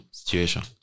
situation